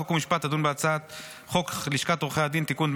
חוק ומשפט תדון בהצעת חוק לשכת עורכי הדין (תיקון,